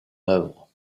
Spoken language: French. œuvre